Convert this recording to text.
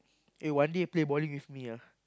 eh one day play bowling with me ah